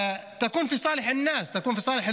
כמובן,